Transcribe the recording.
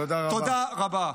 תודה רבה.